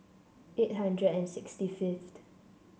eight hundred and sixty fifth